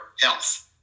health